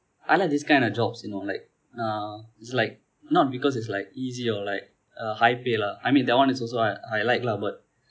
I like this kind of jobs you know like uh is like not because it's like easy or like a high pay lah I mean that one is also I I like lah but